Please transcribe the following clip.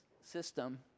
system